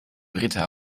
britta